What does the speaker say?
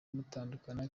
mutandukana